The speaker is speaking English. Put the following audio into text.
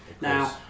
now